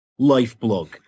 Lifeblog